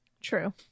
True